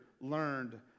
learned